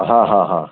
હા હા હા